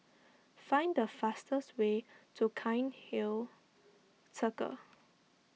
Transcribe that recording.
find the fastest way to Cairnhill Circle